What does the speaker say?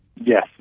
Yes